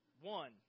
one